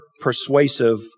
persuasive